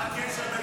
זה משהו אחר.